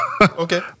Okay